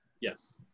Yes